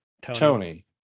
Tony